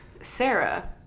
Sarah